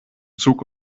zug